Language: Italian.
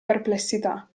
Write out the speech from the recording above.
perplessità